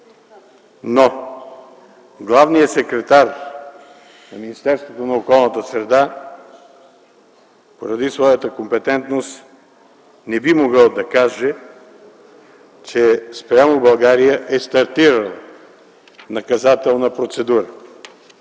Главният секретар на Министерството на околната среда и водите поради своята компетентност не би могъл да каже, че спрямо България е стартирана наказателна процедура.